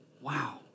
wow